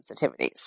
sensitivities